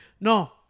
No